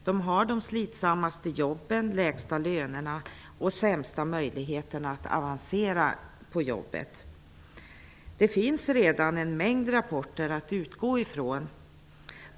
De har de mest slitsamma jobben, de lägsta lönerna och de sämsta möjligheterna att avancera på jobbet. Det finns redan en mängd rapporter att utgå från.